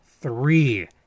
three